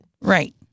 Right